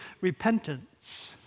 repentance